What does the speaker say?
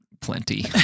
plenty